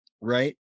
right